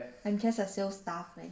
I'm just a sales staff eh